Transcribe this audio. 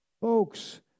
Folks